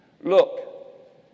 Look